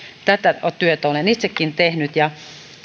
tätä työtä olen itsekin tehnyt ja